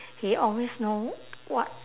he always know what